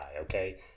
okay